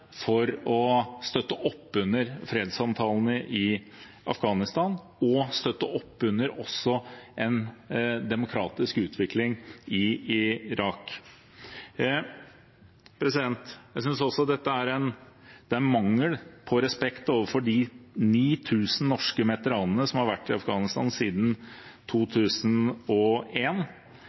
for å støtte opp under fredssamtalene i Afghanistan og også støtte opp under en demokratisk utvikling i Irak. Jeg synes også dette er en mangel på respekt overfor de 9 000 norske veteranene som har vært i Afghanistan siden